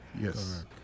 Yes